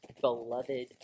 beloved